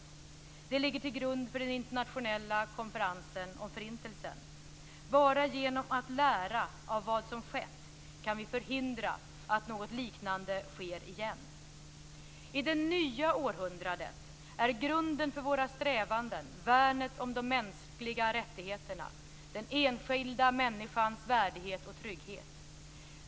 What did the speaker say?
Detta ligger till grund för den internationella konferensen om Förintelsen. Bara genom att lära av vad som skett kan vi förhindra att något liknande sker igen. I det nya århundradet är grunden för våra strävanden värnet om de mänskliga rättigheterna, den enskilda människans värdighet och trygghet.